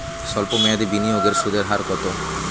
সল্প মেয়াদি বিনিয়োগের সুদের হার কত?